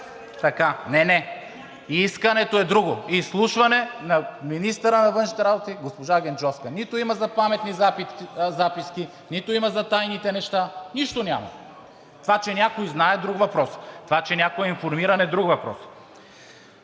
Не, не – искането е друго – изслушване на министъра на външните работи госпожа Генчовска. Нито има за паметни записки, нито има за тайните неща. Нищо няма! Това, че някой знае, е друг въпрос. Това, че някой е информиран, е друг въпрос!